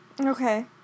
okay